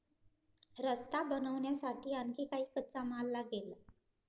रस्ता बनवण्यासाठी आणखी काही कच्चा माल लागेल